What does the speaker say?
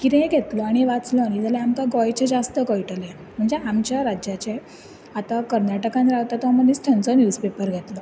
कितेंय घेतलो आनी वाचलो न्ही जाल्यार आमकां गोंयचे जास्त कळटले म्हणजे आमच्या राज्याचे आतां कर्नाटकान रावता तो मनीस थंयचो न्यूज्पेपर घेतलो